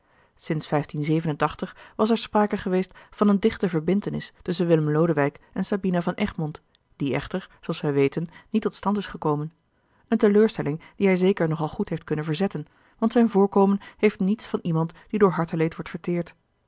inds was er sprake geweest van eene verbintenis tusschen willem lodewijk en sabina van egmond die echter zooals wij weten niet tot stand is gekomen eene teleurstelling die hij zeker nogal goed heeft kunnen verzetten want zijn voorkomen heeft niets van iemand die door harteleed wordt verteerd